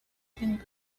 been